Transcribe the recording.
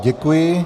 Děkuji.